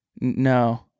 no